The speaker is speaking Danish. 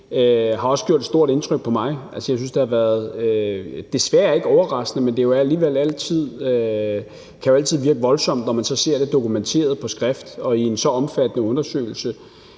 har gjort et stort indtryk på mig. Altså, det er desværre ikke overraskende, men det kan jo altid virke voldsomt, når man ser det dokumenteret på skrift og i en så omfattende undersøgelse,